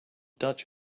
dutch